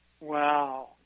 Wow